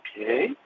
okay